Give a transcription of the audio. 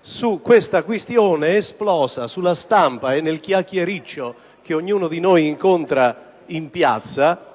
sulla questione, esplosa sulla stampa e nel chiacchiericcio che ognuno di noi incontra in piazza,